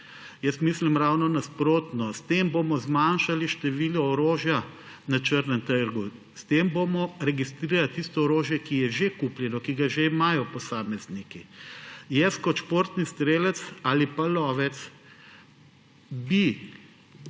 mislim ravno nasprotno. S tem bomo zmanjšali število orožja na črnem trgu. S tem bomo registrirali tisto orožje, ki je že kupljeno, ki ga že imajo posamezniki. Jaz kot športni strelec ali pa lovec,